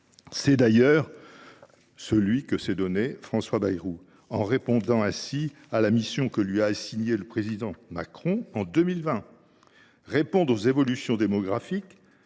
C’est d’ailleurs ce rôle que s’est donné François Bayrou, répondant ainsi à la mission que lui a assignée le président Macron en 2020 : répondre aux évolutions démographiques,